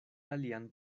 alian